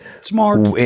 smart